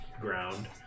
ground